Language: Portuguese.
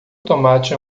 tomate